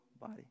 body